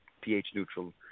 pH-neutral